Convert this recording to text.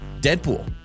Deadpool